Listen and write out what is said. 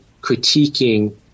critiquing